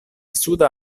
suda